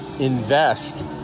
Invest